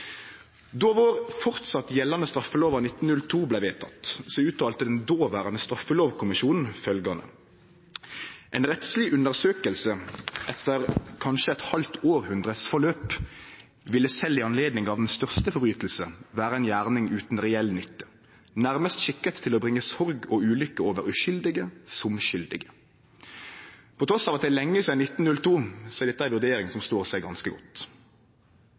Då vår framleis gjeldande straffelov av 1902 vart vedteken, uttalte den dåverande straffelovkommisjonen at «en rettslig undersøkelse etter måskje et halvt århundredes forløp ville selv i anledning av den største forbrytelse være en gjerning uten reell nytte, nærmest skikket til å bringe sorg og ulykke over uskyldige som skyldige». Trass i at det er lenge sidan 1902 er dette ei vurdering som står seg ganske godt.